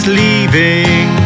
leaving